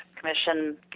Commission